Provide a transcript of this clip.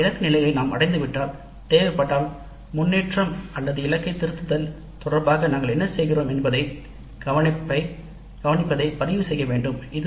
ஆனால் தேவைப்பட்டால் முன்னேற்றம் தொடர்பாக நாங்கள் என்ன செய்கிறோம் என்பதையும் அல்லது இலக்கு அளவை நாங்கள் அடைந்திருந்தால் இலக்கைத் திருத்துதல் போன்றவற்றையும் பதிவு செய்ய வேண்டும்